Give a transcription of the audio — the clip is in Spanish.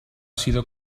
sido